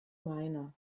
minor